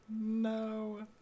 no